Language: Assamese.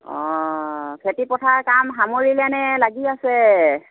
অঁ খেতি পথাৰৰ কাম সামৰিলে নে লাগি আছে